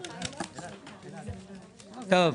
טוב,